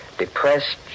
Depressed